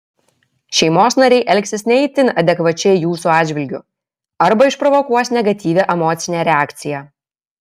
šeimos nariai elgsis ne itin adekvačiai jūsų atžvilgiu arba išprovokuos negatyvią emocinę reakciją